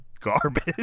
garbage